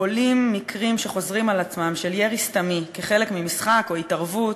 עולים מקרים שחוזרים על עצמם של ירי סתמי כחלק ממשחק או התערבות,